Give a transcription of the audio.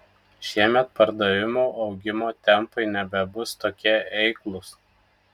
šiemet pardavimų augimo tempai nebebus tokie eiklūs